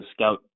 scout